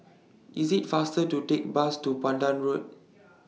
IS IT faster to Take Bus to Pandan Road